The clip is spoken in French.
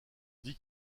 dit